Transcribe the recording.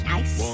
Nice